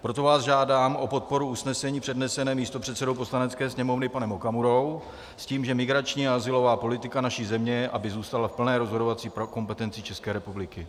Proto vás žádám o podporu usnesení předneseného místopředsedou Poslanecké sněmovny panem Okamurou s tím, že migrační a azylová politika naší země aby zůstala v plné rozhodovací kompetenci České republiky.